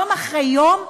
יום אחרי יום,